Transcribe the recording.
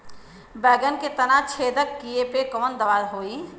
बैगन के तना छेदक कियेपे कवन दवाई होई?